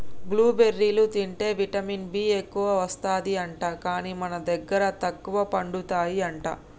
blue బెర్రీలు తింటే vitamin B ఎక్కువస్తది అంట, కానీ మన దగ్గర తక్కువ పండుతాయి అంట